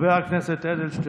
חבר הכנסת אדלשטיין,